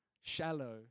shallow